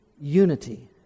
unity